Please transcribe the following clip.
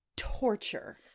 torture